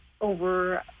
over